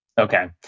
Okay